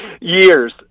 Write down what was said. years